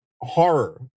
horror